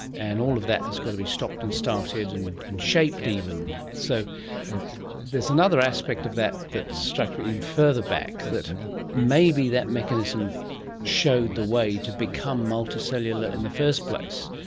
and all of that has got to be stopped and started and and shaped even. so there's another aspect of that that struck me even further back, that maybe that mechanism showed the way to become multicellular in the first place,